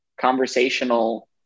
conversational